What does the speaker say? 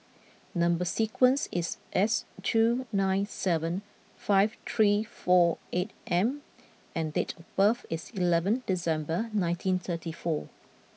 number sequence is S two nine seven five three four eight M and date of birth is eleven December nineteen thirty four